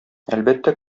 әлбәттә